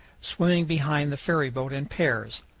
swimming behind the ferryboat in pairs.